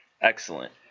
Excellent